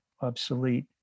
obsolete